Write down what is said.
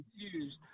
confused